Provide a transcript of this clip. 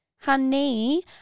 honey